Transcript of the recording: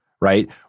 right